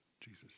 Jesus